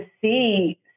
see